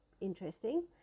interesting